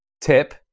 Tip